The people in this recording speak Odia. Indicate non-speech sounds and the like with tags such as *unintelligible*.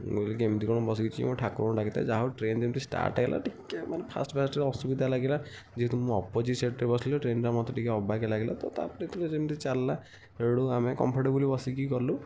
ମୁଁ କହିଲି କେମିତି କ'ଣ ବସିକି ଯିବି ମୁଁ ଠାକୁରଙ୍କୁ ଡାକିଥାଏ ଯାହା ହେଉ ଟ୍ରେନ୍ ଯେମିତି ଷ୍ଟାର୍ଟ୍ ହେଲା ଟିକେ ମାନେ ଫାର୍ଷ୍ଟ୍ ଫାର୍ଷ୍ଟ୍ ଅସୁବିଧା ଲାଗିଲା ଯେହେତୁ ମୁଁ ଅପୋଜିଟ୍ ସାଇଟ୍ରେ ବସିଥିଲି ଟ୍ରେନ୍ ଟା ଟିକେ ଅବାଗିଆ ଲାଗିଲା ତ ତା'ପରେ *unintelligible* ଯେମିତି ଚାଲିଲା ହେଉଟୁ ଆମେ କମ୍ଫର୍ଟେବଲି ବସିକି ଗଲୁ